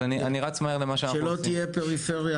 שלא תהיה פריפריה,